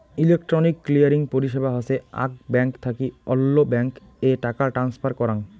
electronic clearing পরিষেবা হসে আক ব্যাঙ্ক থাকি অল্য ব্যাঙ্ক এ টাকা ট্রান্সফার করাঙ